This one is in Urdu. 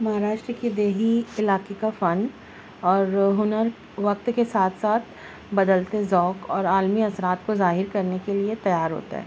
مہاراشٹر کے دیہی علاقے کا فن اور ہُنر وقت کے ساتھ ساتھ بدلتے ذوق اور عالمی اثرات کو ظاہر کرنے کے لیے تیار ہوتا ہے